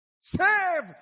Save